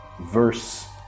Verse